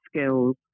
skills